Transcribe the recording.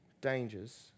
dangers